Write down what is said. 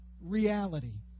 reality